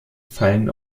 fallen